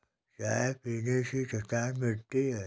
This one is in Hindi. चाय पीने से थकान मिटती है